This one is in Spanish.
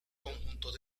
conjuntos